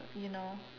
you know